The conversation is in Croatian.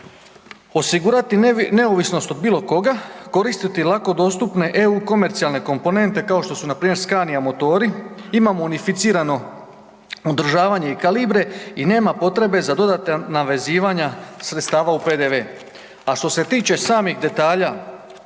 Osigurati neovisnost od bilokoga, koristiti lako dostupne EU komercijalne komponente kao što su npr. Scania motori, imamo unificirano održavanje kalibre i nema potrebe za dodatna navezivanja sredstava u PDV a što se tiče samih detalja,